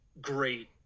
great